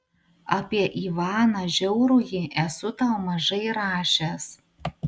apie ivaną žiaurųjį esu tau mažai rašęs